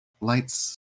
lights